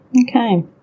Okay